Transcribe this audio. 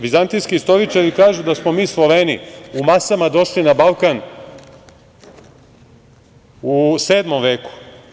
Vizantijski istoričari kažu da smo mi Sloveni u masama došli na Balkan u Sedmom veku.